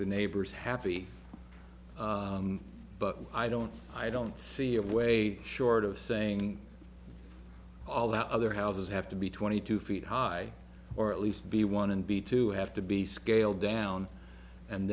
the neighbors happy but i don't i don't see a way short of saying all the other houses have to be twenty two feet high or at least be one and b two have to be scaled down and